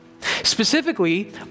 Specifically